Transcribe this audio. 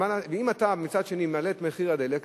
ואם אתה מצד שני מעלה את מחיר הדלק,